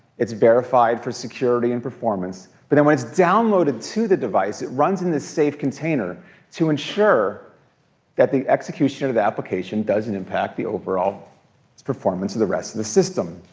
it's verified for security and performance. but then when it's downloaded to the device it runs in this safe container to ensure that the execution of the application doesn't impact the overall performance of the rest of the system,